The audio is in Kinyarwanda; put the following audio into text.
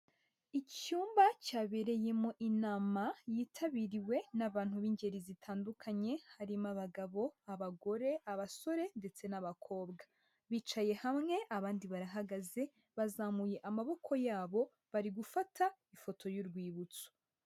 Icyumba cyabereyemo inama yitabiriwe n'abantu b'ingeri zitandukanye, harimo abagabo, abagore, abasore ndetse n'abakobwa. Bicaye hamwe abandi barahagaze, bazamuye amaboko yabo bari gufata ifoto y'urwibutso.